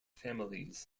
families